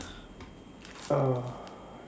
err